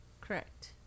Correct